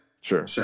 sure